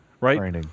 right